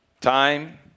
time